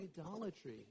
idolatry